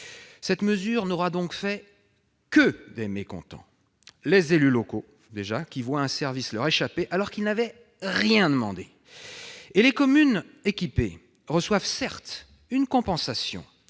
Cette mesure n'aura donc fait que des mécontents. Les élus locaux voient un service leur échapper alors qu'ils n'avaient rien demandé. Les communes équipées reçoivent une compensation